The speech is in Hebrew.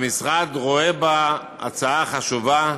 והמשרד רואה בה הצעה חשובה